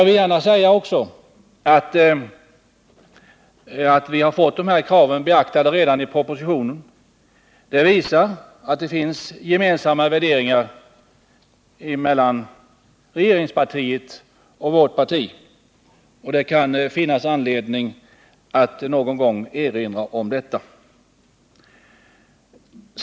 Vi har alltså fått de av mig nämnda kraven beaktade redan i propositionen. Det visar att det finns gemensamma värderingar mellan regeringspartiet och vårt parti, och det kan finnas anledning att någon gång erinra om detta.